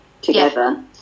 together